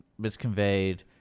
misconveyed